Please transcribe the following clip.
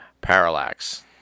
Parallax